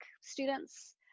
students